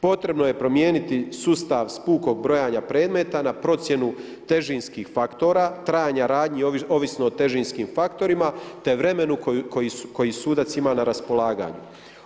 Potrebno je promijeniti sustav s pukog brojanja predmeta na procjenu težinskih faktora, trajanje radnji ovisno o težinskim faktorima, te vremenu koji sudac ima na raspolaganju.